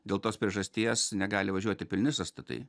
dėl tos priežasties negali važiuoti pilni sąstatai